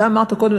אתה אמרת קודם,